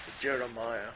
Jeremiah